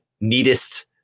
neatest